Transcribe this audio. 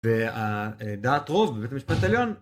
ודעת רוב, בבית המשפט העליון